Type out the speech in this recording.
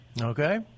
Okay